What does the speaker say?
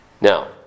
Now